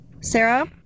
Sarah